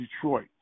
Detroit